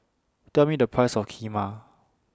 Tell Me The Price of Kheema